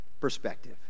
Perspective